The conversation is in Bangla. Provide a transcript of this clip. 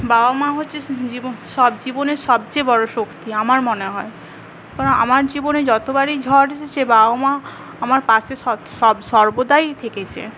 বাবা মা হচ্ছে সব জীবনের সবচেয়ে বড় শক্তি আমার মনে হয় কারণ আমার জীবনে যতবারই ঝড় এসেছে বাবা মা আমার পাশে সব সব সর্বদাই থেকেছে